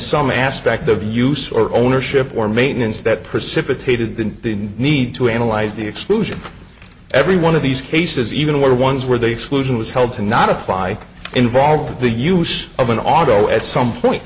some aspect of use or ownership or maintenance that precipitated the need to analyze the exclusion every one of these cases even were ones where they solution was held to not apply involve the use of an auto at some point